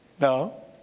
No